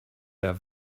der